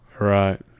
Right